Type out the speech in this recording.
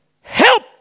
help